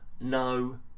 no